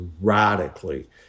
radically